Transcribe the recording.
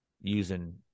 using